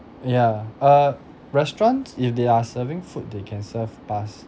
yeah err restaurants if they are serving food they can serve past